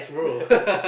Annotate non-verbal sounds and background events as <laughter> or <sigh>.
<laughs>